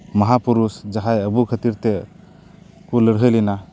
ᱢᱟᱦᱟ ᱯᱩᱨᱩᱥ ᱡᱟᱦᱟᱸᱭ ᱟᱵᱚ ᱠᱷᱟᱛᱹᱤᱨ ᱛᱮᱠᱚ ᱞᱟᱹᱲᱦᱟᱹᱭ ᱞᱮᱱᱟ